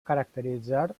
caracteritzar